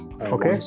Okay